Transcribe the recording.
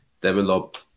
develop